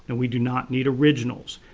and we do not need originals.